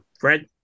Fred